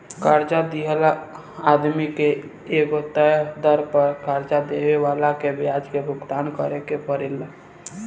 कर्जा लिहल आदमी के एगो तय दर पर कर्जा देवे वाला के ब्याज के भुगतान करेके परेला